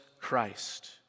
Christ